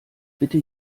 bitte